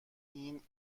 این